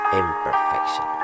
imperfection